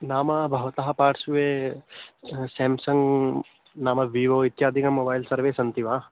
नाम भवतः पार्श्वे सेम्सङ्ग् नाम वीवो इत्यादिकं मोबैल् सर्वे सन्ति वा